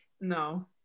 No